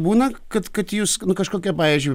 būna kad kad jūs kažkokia pavyzdžiui